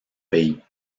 pays